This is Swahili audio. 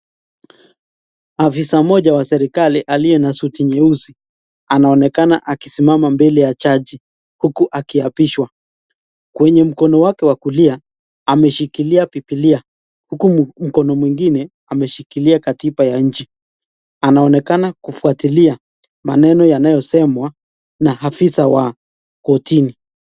Afisa mmoja wa serikali aliye na suit nyeusi anaonekana akisimama mbele ya jaji huku akiapishwa, kwenye mkono wake wa kulia ameshikilia bibilia huku mkono mwingine ameshikilia katiba ya nchi, anaonekana kufuatilia maneno yanayosemwa na afisa wa kotini.